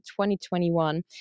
2021